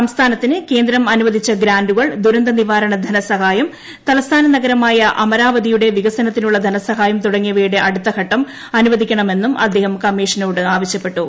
സംസ്ഥാനത്തിന് കേന്ദ്രം അനുവദിച്ച ഗ്രാന്റുകൾ ദുരന്തനിവാരണ ധനസഹായം തലസ്ഥാന നഗരമായ അമരാവതിയുടെ വികസനത്തിനുള്ള ധനസഹായം തുടങ്ങിയവയുടെ അടുത്ത ഘട്ടം അനുവദിക്കണമെന്നും അദ്ദേഹം കമ്മീഷനോട് ആവശ്യപ്പെട്ടു